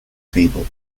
feeble